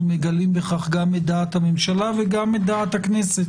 מגלים בכך גם את דעת הממשלה וגם את דעת הכנסת